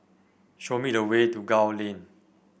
show me the way to Gul Lane